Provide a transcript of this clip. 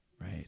Right